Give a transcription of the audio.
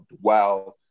Wow